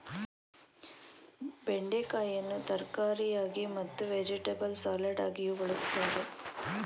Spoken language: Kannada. ಬೆಂಡೆಕಾಯಿಯನ್ನು ತರಕಾರಿಯಾಗಿ ಮತ್ತು ವೆಜಿಟೆಬಲ್ ಸಲಾಡಗಿಯೂ ಬಳ್ಸತ್ತರೆ